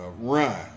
Run